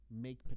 make